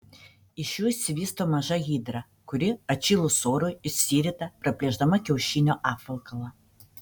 iš jų išsivysto maža hidra kuri atšilus orui išsirita praplėšdama kiaušinio apvalkalą